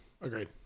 agreed